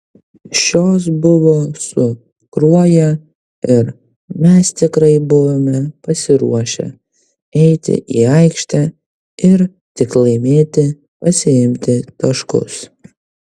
šios buvo su kruoja ir mes tikrai buvome pasiruošę eiti į aikštę ir tik laimėti pasiimti taškus